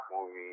movie